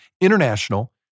International